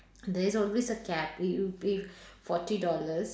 there's always a cap you you pay forty dollars